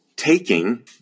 Taking